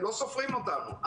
הם לא סופרים אותנו.